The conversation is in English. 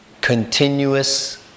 continuous